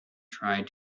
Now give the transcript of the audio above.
tried